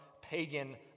pagan